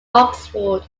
oxford